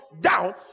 down